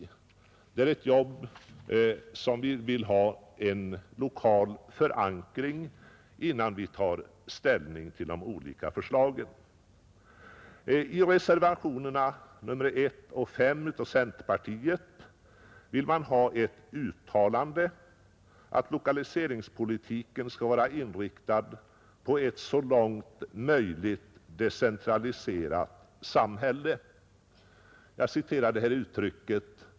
Det är ett jobb där vi vill ha en lokal förankring, innan vi tar ställning till de olika förslagen. I reservationerna 1 och 5 — reservationen 1 är avgiven av centerpartister och folkpartister och reservationen 5 av tre centerpartister — begärs ett uttalande att lokaliseringspolitiken skall vara inriktad på ”ett så långt möjligt decentraliserat samhälle”.